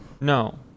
No